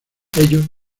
ellos